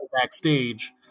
backstage